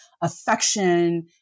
affection